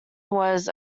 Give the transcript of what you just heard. was